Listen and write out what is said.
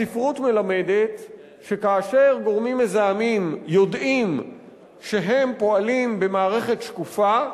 הספרות מלמדת שכאשר גורמים מזהמים יודעים שהם פועלים במערכת שקופה,